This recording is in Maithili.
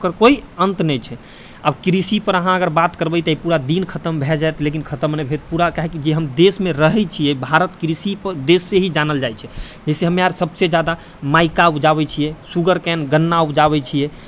ओकर कोइ अन्त नहि छै आब कृषिपर अहाँ अगर बात करबै तऽ एक पूरा दिन खत्म भए जेतै लेकिन खतम नहि हैत काहेकि जे हम देशमे रहै छियै भारत कृषिपर देशसँ ही जानल जाइ छै जैसे हमे आर सभसँ जादा माइका उपजाबै छियै सुगरकैन गन्ना उपजाबै छियै